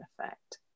effect